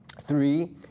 Three